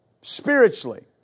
Spiritually